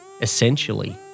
essentially